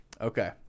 Okay